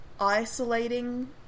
isolating